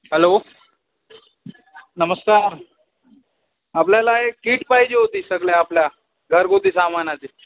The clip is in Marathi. हॅलो नमस्कार आपल्याला एक कीट पाहिजे होती सगळ आपल्या घरगुती सामानाची